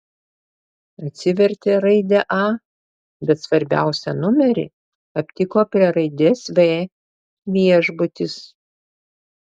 atsivertė raidę a bet svarbiausią numerį aptiko prie raidės v viešbutis